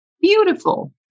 beautiful